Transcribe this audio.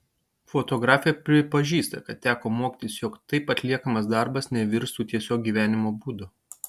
fotografė pripažįsta kad teko mokytis jog taip atliekamas darbas nevirstų tiesiog gyvenimo būdu